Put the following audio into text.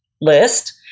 list